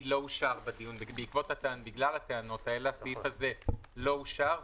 בגלל הטענות האלו סעיף 34ג לא אושר.